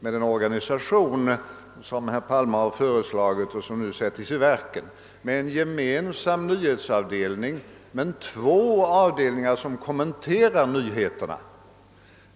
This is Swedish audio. Det blir en gemensam avdelning som utväljer och sammanställer nyheterna — men två andra avdelningar som kommenterar dessa.